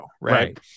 Right